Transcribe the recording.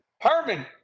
Herman